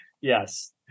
yes